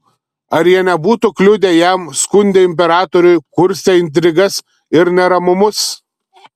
ar jie nebūtų kliudę jam skundę imperatoriui kurstę intrigas ir neramumus